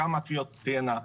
כמה תביעות תהיינה,